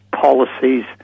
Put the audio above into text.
policies